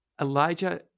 Elijah